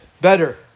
better